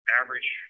average